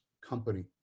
company